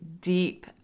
deep